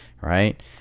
right